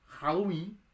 Halloween